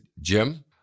Jim